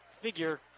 figure